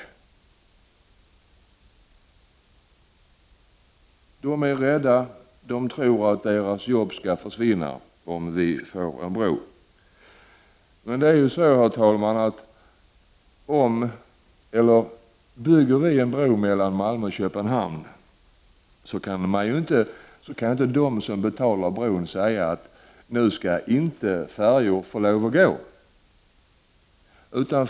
Människorna är nämligen rädda och tror att deras arbeten skall försvinna om vi får en bro. Men om vi bygger en bro mellan Malmö och Köpenhamn, herr talman, så kan ju de som betalar bron inte säga att färjorna inte skall få gå över sundet.